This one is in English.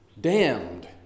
damned